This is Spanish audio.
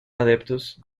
adeptos